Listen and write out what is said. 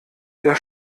der